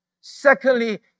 Secondly